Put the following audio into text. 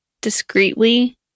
discreetly